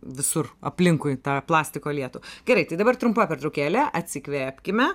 visur aplinkui tą plastiko lietų gerai tai dabar trumpa pertraukėlė atsikvėpkime